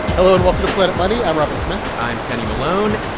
hello, and welcome to planet money. i'm robert smith i'm kenny malone.